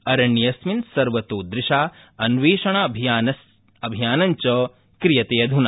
अरण्येऽस्मिन् सर्वतोदृशा अन्वेषणाभियानञ्च क्रियतेऽध्ना